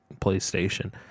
PlayStation